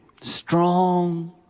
strong